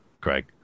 Craig